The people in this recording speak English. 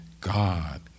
God